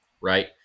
right